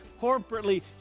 corporately